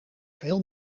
veel